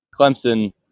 Clemson